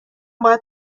باید